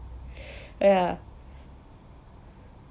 ya